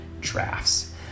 drafts